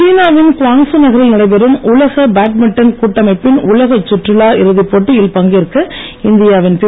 சீனா வின் குவாங்சு நகரில் நடைபெறும் உலக பேட்மின்டன் கூட்டமைப்பின் உலகச் சுற்றுலா இறுதிப்போட்டியில் பங்கேற்க இந்தியாவின் பி